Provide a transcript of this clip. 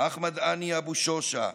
אחמד האני אבו שושה,